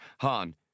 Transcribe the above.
Han